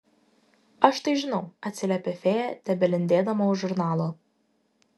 aš tai žinau atsiliepia fėja tebelindėdama už žurnalo